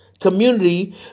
community